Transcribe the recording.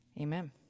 Amen